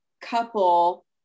couple